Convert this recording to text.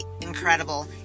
incredible